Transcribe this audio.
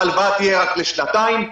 ההלוואה תהיה רק לשנתיים,